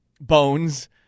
Bones